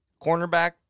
cornerback